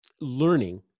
learning